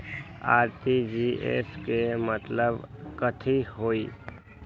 RTGS के मतलब कथी होइ?